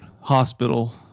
hospital